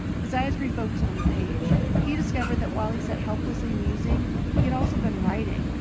his eyes re-focused on the page. he discovered that while he sat helplessly musing he had also been writing,